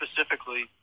specifically